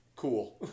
cool